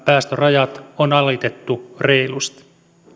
päästörajat on alitettu reilusti